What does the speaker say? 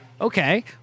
Okay